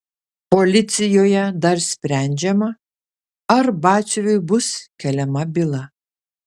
policijoje dar sprendžiama ar batsiuviui bus keliama byla